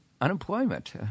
unemployment